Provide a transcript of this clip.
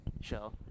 show